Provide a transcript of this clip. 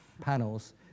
panels